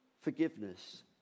forgiveness